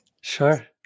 sure